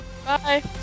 Bye